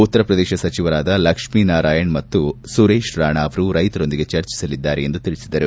ಉತ್ತರ ಪ್ರದೇಶ ಸಚಿವರಾದ ಲಕ್ಷ್ಣ ನಾರಾಯಣ ಮತ್ತು ಸುರೇಶ್ ರಾಣ ಅವರು ರೈತರೊಂದಿಗೆ ಚರ್ಚಿಸಲಿದ್ದಾರೆ ಎಂದು ತಿಳಿಸಿದರು